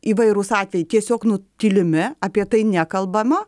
įvairūs atvejai tiesiog nutylimi apie tai nekalbama